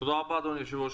תודה רבה, אדוני היושב-ראש,